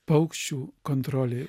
paukščių kontrolė